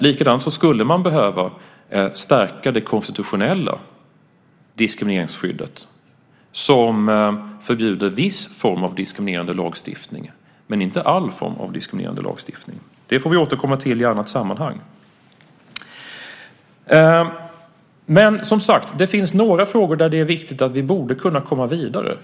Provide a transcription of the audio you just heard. Likadant skulle man behöva stärka det konstitutionella diskrimineringsskyddet, som förbjuder viss form av diskriminerande lagstiftning, men inte all form av diskriminerande lagstiftning. Det får vi återkomma till i annat sammanhang. Det finns, som sagt, några frågor där det är viktigt att vi borde kunna komma vidare.